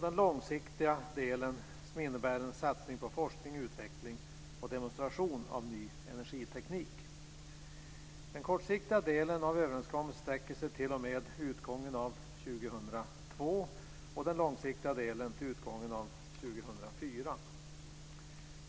Den långsiktiga delen innebär en satsning på forskning, utveckling och demonstration av ny energiteknik. Den kortsiktiga delen av överenskommelsen sträcker sig t.o.m. utgången av 2002 och den långsiktiga delen till utgången av 2004.